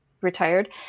retired